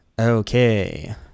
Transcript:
Okay